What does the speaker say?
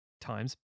Times